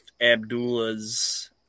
Abdullah's